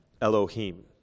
Elohim